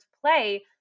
play